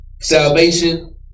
Salvation